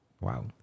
Wow